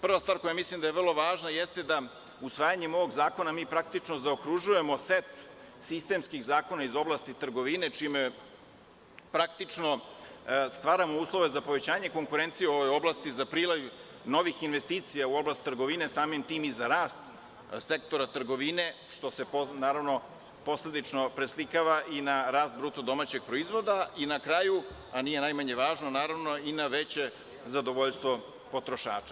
Prva stvar koja mislim da je vrlo važna, jeste da usvajanjem ovog zakona mi praktično zaokružujemo set sistemskih zakona iz oblasti trgovine, čime praktično stvaramo uslove za povećanje konkurencije u ovoj oblasti za priliv novih investicija u oblast trgovine, a samim tim i za rast sektora trgovine, što se posledično preslikava i na rast BDP, i na kraju, a nije najmanje važno, i na veće zadovoljstvo potrošača.